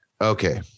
Okay